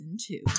two